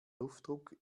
luftdruck